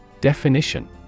Definition